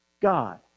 God